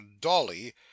dolly